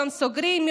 יום סוגרים,